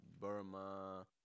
Burma